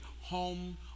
home